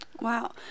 Wow